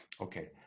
Okay